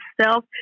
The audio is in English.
self